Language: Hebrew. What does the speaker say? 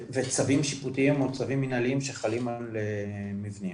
וצווים שיפוטיים או צווים מנהליים שחלים על מבנים,